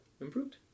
improved